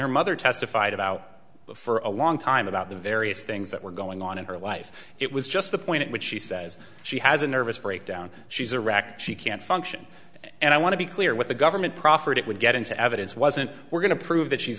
her mother testified about for a long time about the various things that were going on in her life it was just the point at which she says she has a nervous breakdown she's a rack she can't function and i want to be clear what the government proffered it would get into evidence wasn't we're going to prove that she's